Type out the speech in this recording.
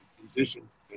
musicians